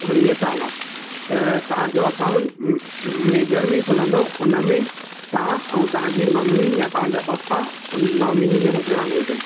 उणवीह साल आहे त तव्हां जो अकाउंट मेजर में ई खुलंदो उन में तव्हां ऐं तव्हां जी मम्मी या तव्हां जा पप्पा नॉमिनी में हुजणा घुरिजनि